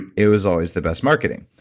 it it was always the best marketing.